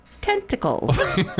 tentacles